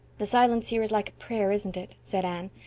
the silence here is like a prayer, isn't it? said anne,